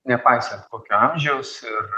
nepaisant kokio amžiaus ir